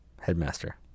headmaster